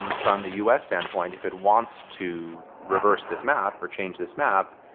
um from the us standpoint, if it wants to reverse this map or change this map,